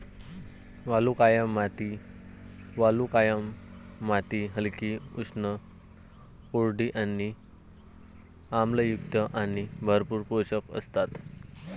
वालुकामय माती वालुकामय माती हलकी, उष्ण, कोरडी आणि आम्लयुक्त आणि भरपूर पोषक असतात